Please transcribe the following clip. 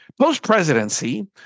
Post-presidency